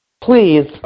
Please